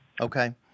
Okay